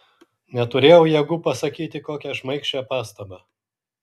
neturėjau jėgų pasakyti kokią šmaikščią pastabą